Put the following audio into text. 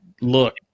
look